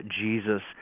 Jesus